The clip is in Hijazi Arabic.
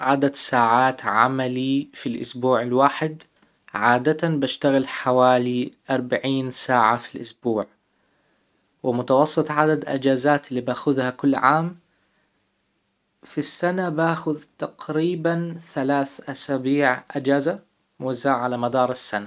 عدد ساعات عملي في الاسبوع الواحد عادة بشتغل حوالي اربعين ساعة في الاسبوع ومتوسط عدد اجازات اللي باخذها كل عام في السنة باخذ تقريبا ثلاث اسابيع اجازة موزعة على مدار السنة